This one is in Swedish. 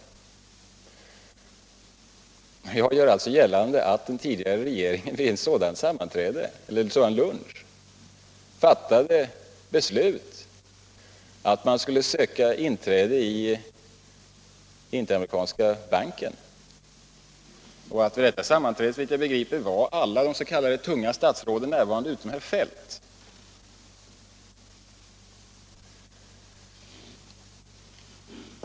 Jag gör således gällande att den tidigare regeringen vid ett sådant sammanträde — eller vid en sådan lunch — fattade beslut om att man skulle söka inträde i Interamerikanska utvecklingsbanken. Vid detta sammanträde var, såvitt jag begriper, alla de s.k. tunga statsråden närvarande, utom herr Feldt.